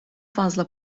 fazla